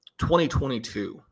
2022